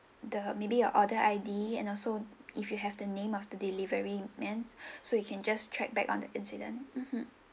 the maybe your order I_D and also if you have the name of the delivery man so we can just track back on the incident mmhmm